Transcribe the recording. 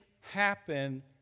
happen